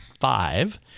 five